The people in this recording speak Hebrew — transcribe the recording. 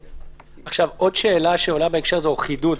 עוד שאלה שעולה בהקשר הזה, או חידוד.